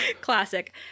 Classic